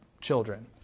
children